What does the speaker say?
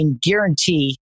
guarantee